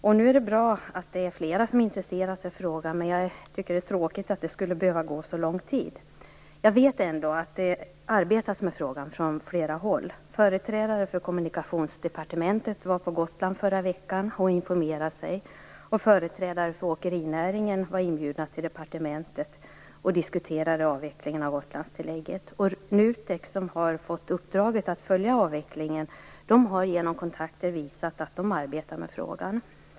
Det är bra att flera nu intresserar sig i frågan, men det är tråkigt att det skulle behöva gå så lång tid. Jag vet att det arbetas med frågan från flera håll. Företrädare för Kommunikationsdepartementet var på Gotland förra veckan och informerade sig, och företrädare för åkerinäringen var inbjudna till departementet för att diskutera avvecklingen av Gotlandstillägget. NUTEK, som har fått uppdraget att följa avvecklingen, har genom kontakter visat att man arbetar med frågan.